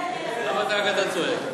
למה רק אתה צועק?